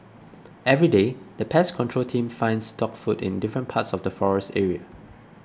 everyday the pest control team finds dog food in different parts of the forest area